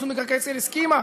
רשות מקרקעי ישראל הסכימה,